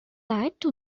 تعبت